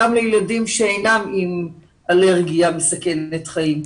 גם לילדים שאינם עם אלרגיה מסכנת חיים.